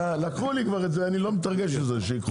אני מסכים מאוד עם רינת על זה שהדיון הרבה